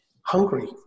hungry